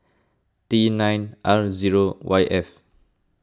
T nine R zero Y F